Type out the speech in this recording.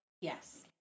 Yes